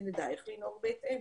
ונדע איך לנהוג בהתאם.